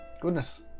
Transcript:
goodness